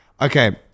okay